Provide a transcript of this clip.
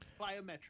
Biometric